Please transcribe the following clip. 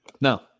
no